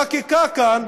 חקיקה כאן,